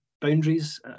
boundaries